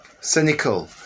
cynical